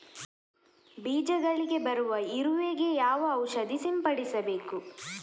ಬೀಜಗಳಿಗೆ ಬರುವ ಇರುವೆ ಗೆ ಯಾವ ಔಷಧ ಸಿಂಪಡಿಸಬೇಕು?